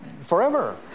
forever